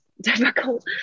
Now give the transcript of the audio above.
difficult